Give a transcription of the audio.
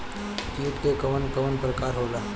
कीट के कवन कवन प्रकार होला?